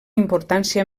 importància